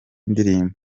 ndirimbo